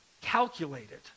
calculated